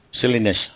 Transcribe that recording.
Silliness